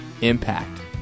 impact